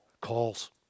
Calls